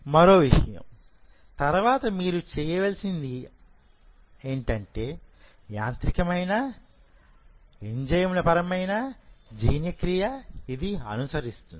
మరో విషయం తరువాత మీరు చేయవలసినది అంటే యాంత్రికమైన ఎంజైముల పరమైనజీర్ణక్రియను ఇది అనుసరిస్తుంది